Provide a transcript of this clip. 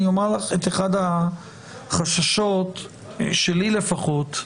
אחד החששות, שלי לפחות,